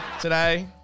Today